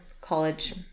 college